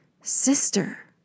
Sister